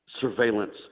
surveillance